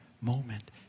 moment